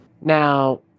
Now